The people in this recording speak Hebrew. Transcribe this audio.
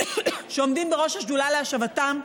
שעומדים בראש השדולה להשבתם,